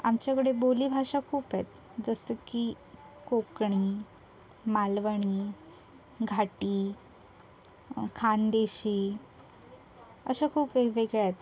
आमच्याकडे बोलीभाषा खूप आहेत जसं की कोकणी मालवणी घाटी खानदेशी अशा खूप वेगवेगळ्या आहेत